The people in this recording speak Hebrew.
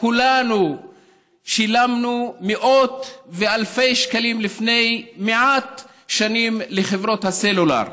כולנו שילמנו מאות ואלפי שקלים לפני מעט שנים לחברות הסלולר,